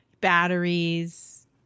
batteries